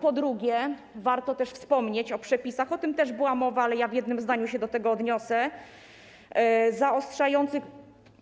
Po drugie, warto też wspomnieć o przepisach - o tym też była mowa, ale w jednym zdaniu się do tego odniosę - zaostrzających